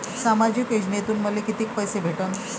सामाजिक योजनेतून मले कितीक पैसे भेटन?